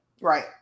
right